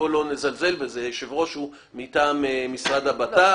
אף על פי שיושב ראש הוועדה הוא מטעם משרד הבט"פ.